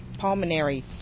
pulmonary